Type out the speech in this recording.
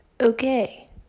Okay